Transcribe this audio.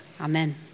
Amen